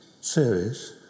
series